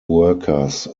workers